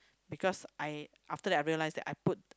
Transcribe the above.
because I after that I realise that I put